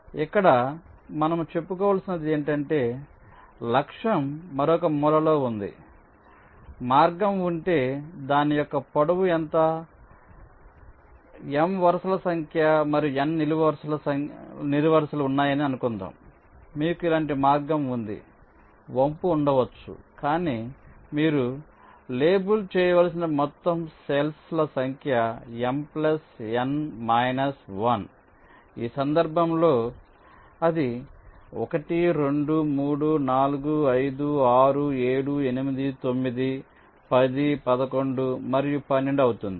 ఇక్కడ మనము చెప్పుకోవలసినది ఏమిటంటే లక్ష్యం మరొక మూలలో ఉంది మార్గం ఉంటే దాని యొక్క పొడవు ఎంత M వరుసల సంఖ్య మరియు N నిలువు వరుసలు ఉన్నాయని అనుకుందాం కాబట్టి మీకు ఇలాంటి మార్గం ఉంది వంపు ఉండవచ్చు కానీ మీరు లేబుల్ చేయవలసిన మొత్తం సెల్ఫ్ ల సంఖ్య M N 1 ఈ సందర్భంలో అది 1 2 3 4 5 6 7 8 9 10 11 మరియు 12 అవుతుంది